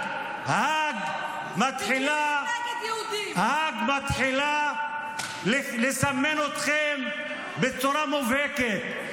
האג מתחילה לסמן אתכם בצורה מובהקת.